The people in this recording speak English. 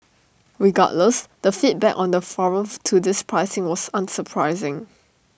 regardless the feedback on the forum to this pricing was unsurprising